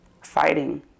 Fighting